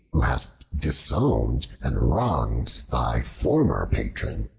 who hast disowned and wronged thy former patron?